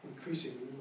Increasingly